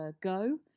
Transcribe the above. Go